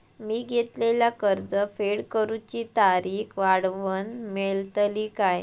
मी घेतलाला कर्ज फेड करूची तारिक वाढवन मेलतली काय?